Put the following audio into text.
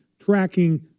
tracking